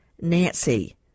nancy